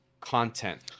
content